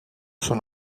son